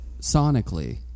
sonically